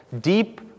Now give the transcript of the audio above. deep